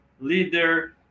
leader